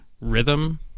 rhythm